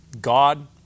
God